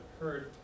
heard